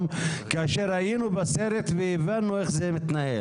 כאשר היינו בסרט והבנו איך זה מתנהל.